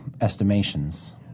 estimations